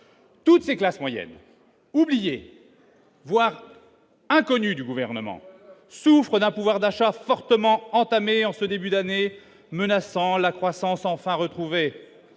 Toutes ces classes moyennes oubliée voire inconnue du gouvernement souffre d'un pouvoir d'achat fortement entamé en ce début d'année, menaçant la croissance enfin retrouvée